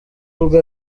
ubwo